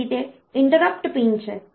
તેથી તે interrupt pin છે